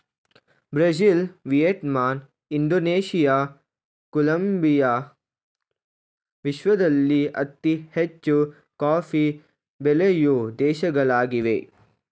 Brazil, Vietnam, Indonesia, Colombia ವಿಶ್ವದಲ್ಲಿ ಅತಿ ಹೆಚ್ಚು ಕಾಫಿ ಬೆಳೆಯೂ ದೇಶಗಳಾಗಿವೆ